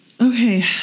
okay